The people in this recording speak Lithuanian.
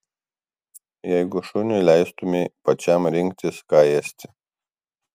jeigu šuniui leistumei pačiam rinktis ką ėsti